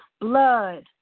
blood